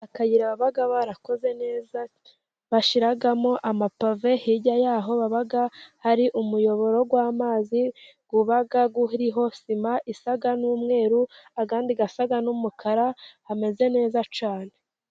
Akayira baba barakoze neza, bashyiramo amapave, hirya yaho haba hari umuyoboro w'amazi, uba uriho sima, isa n'umweru, andi asa n'umukara, hameze neza cyane.